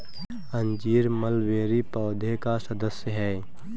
अंजीर मलबेरी पौधे का सदस्य है